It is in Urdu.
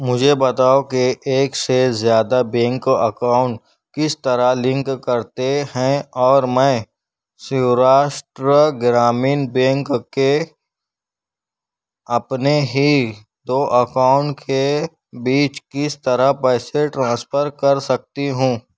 مجھے بتاؤ کہ ایک سے زیادہ بینک اکاؤنٹ کس طرح لنک کرتے ہیں اور میں سیوراشٹر گرامین بینک کے اپنے ہی دو اکاؤنٹ کے بیچ کس طرح پیسے ٹرانسفر کر سکتی ہوں